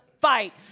fight